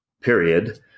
period